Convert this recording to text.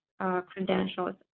credentials